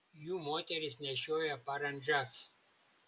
jų moterys nešioja parandžas